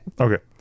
Okay